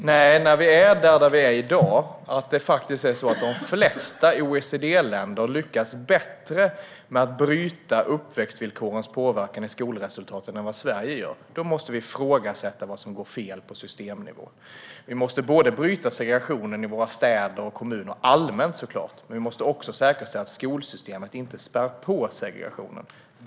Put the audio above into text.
Herr talman! I dag lyckas de flesta OECD-länder bättre med att bryta uppväxtvillkorens påverkan i skolresultaten än vad Sverige gör. Då måste vi fråga oss vad som går fel på systemnivå. Vi måste bryta segregationen i städer och kommuner allmänt, men vi måste också säkerställa att skolsystemet inte spär på segregationen.